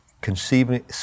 conceiving